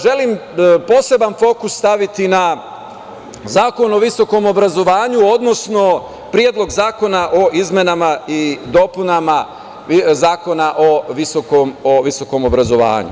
Želim poseban fokus staviti na Zakon o visokom obrazovanju, odnosno predlog Zakona o izmenama i dopunama Zakona o visokom obrazovanju.